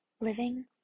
living